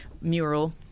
mural